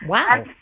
Wow